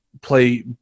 play